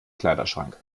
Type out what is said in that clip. kleiderschrank